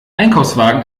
einkaufswagen